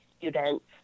students